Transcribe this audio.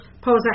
pose